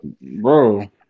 Bro